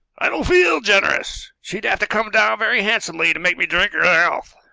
i don't feel generous. she'd have to come down very handsomely to make me drink her health.